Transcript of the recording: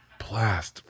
Plast